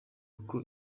uko